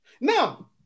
Now